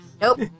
Nope